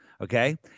Okay